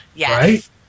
right